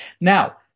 Now